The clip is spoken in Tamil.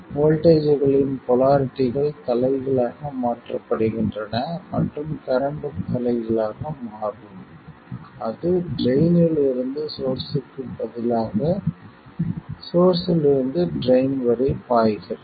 வோல்ட்டேஜ்களின் போலாரிட்டிகள் தலைகீழாக மாற்றப்படுகின்றன மற்றும் கரண்ட்டும் தலைகீழாக மாறும் அது ட்ரைன் இல் இருந்து சோர்ஸ்ஸிற்குப் பதிலாக சோர்ஸ்ஸிலிருந்து ட்ரைன் வரை பாய்கிறது